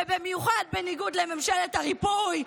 ובמיוחד בניגוד לממשלת הריפוי,